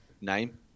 name